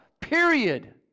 period